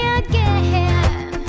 again